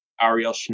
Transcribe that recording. Ariel